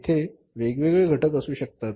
येथे वेगवेगळे घटक असू शकतात